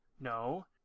No